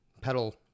pedal